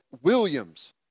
Williams